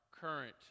current